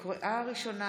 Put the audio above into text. לקריאה ראשונה,